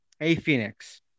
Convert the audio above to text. A-Phoenix